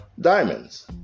diamonds